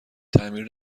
تعمیر